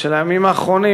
של הימים האחרונים,